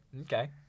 Okay